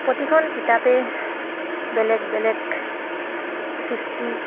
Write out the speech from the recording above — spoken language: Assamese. প্ৰতিখন কিতাপেই বেলেগ বেলেগ সৃষ্টি